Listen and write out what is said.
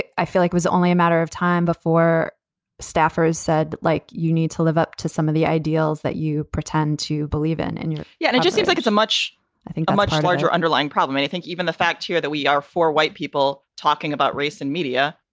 i feel like was only a matter of time before staffers said, like, you need to live up to some of the ideals that you pretend to believe in and yeah, yeah it just seems like it's a much i think a much larger underlying problem. i think even the fact here that we are for white people talking about race and media.